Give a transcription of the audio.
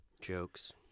jokes